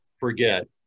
forget